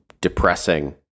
depressing